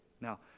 Now